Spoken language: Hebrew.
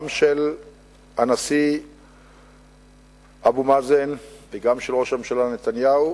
גם של הנשיא אבו מאזן, גם של ראש הממשלה נתניהו,